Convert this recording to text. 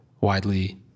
widely